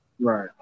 right